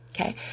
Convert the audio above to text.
Okay